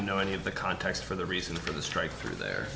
to know any of the context for the reason for the straight through there